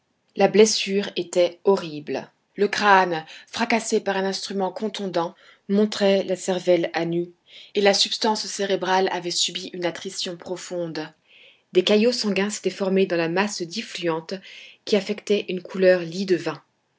la blessure était horrible le crâne fracassé par un instrument contondant montrait la cervelle à nu et la substance cérébrale avait subi une attrition profonde des caillots sanguins s'étaient formés dans la masse diffluente qui affectait une couleur lie de vin